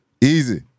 Easy